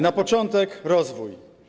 Na początek rozwój.